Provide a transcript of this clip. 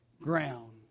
ground